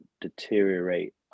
deteriorate